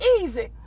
easy